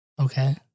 Okay